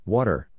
Water